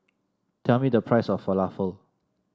tell me the price of Falafel